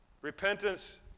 Repentance